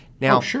Now